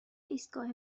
ایستگاه